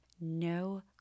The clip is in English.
no